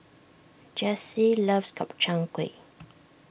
Jessye loves Gobchang Gui